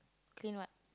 clean what